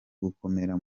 gukomera